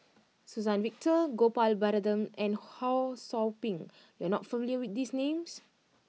Suzann Victor Gopal Baratham and Ho Sou Ping you are not familiar with these names